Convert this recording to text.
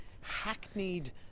Hackneyed